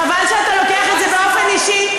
חבל שאתה לוקח את זה באופן אישי,